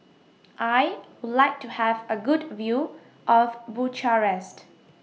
I Would like to Have A Good View of Bucharest